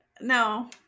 No